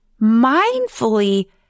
mindfully